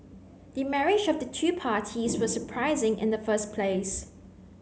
the marriage of the two parties was surprising in the first place